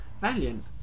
Valiant